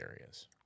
areas